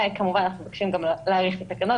כמובן אנחנו מבקשים גם להאריך את התקנות